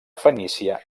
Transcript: fenícia